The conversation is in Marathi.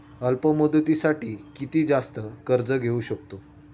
अल्प मुदतीसाठी किती जास्त कर्ज घेऊ शकतो?